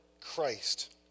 Christ